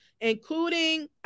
including